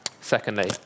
Secondly